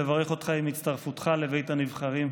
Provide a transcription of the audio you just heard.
לברך אותך עם הצטרפותך לבית הנבחרים.